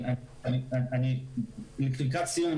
לקראת סיום,